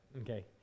Okay